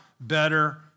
Better